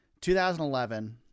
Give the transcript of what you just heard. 2011